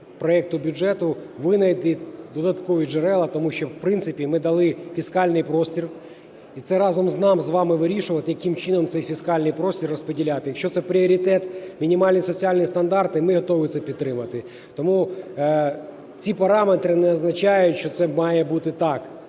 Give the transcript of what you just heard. проекту бюджету винайти додаткові джерела, тому що, в принципі, ми дали фіскальний простір, і це разом нам з вами вирішувати, яким чином цей фіскальний простір розподіляти. Якщо це пріоритет – мінімальні соціальні стандарти, - ми готові це підтримати. Тому ці параметри не означають, що це має бути так.